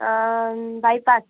bypass